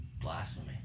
Blasphemy